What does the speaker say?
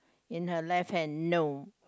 in her left hand no